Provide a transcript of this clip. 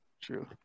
true